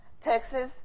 Texas